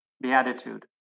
beatitude